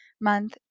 Month